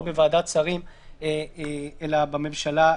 לא בוועדת שרים אלא בממשלה,